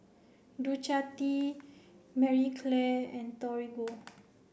Ducati Marie Claire and Torigo